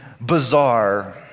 bizarre